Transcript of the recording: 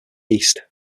east